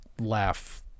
laugh